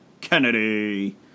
Kennedy